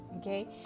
okay